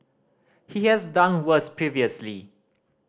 he has done worse previously